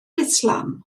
islam